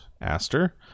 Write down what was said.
Aster